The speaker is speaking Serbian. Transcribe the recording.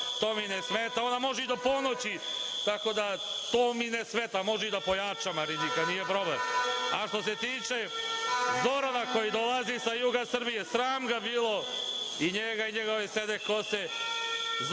mi i ne smeta. Ona može i do ponoći, tako da to mi i ne smeta, može da pojača Marinika, nije problem. Što se tiče Zorana koji dolazi sa juga Srbije, sram ga bilo, i njega i njegove sede kose.